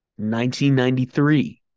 1993